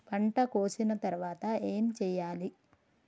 పంట కోసిన తర్వాత ఏం చెయ్యాలి?